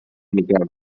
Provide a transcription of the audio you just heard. miquel